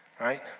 Right